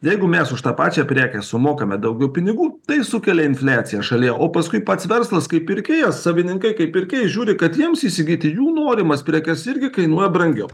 jeigu mes už tą pačią prekę sumokame daugiau pinigų tai sukelia infliaciją šalyje o paskui pats verslas kaip pirkėjas savininkai kaip pirkėjai žiūri kad jiems įsigyti jų norimas prekes irgi kainuoja brangiau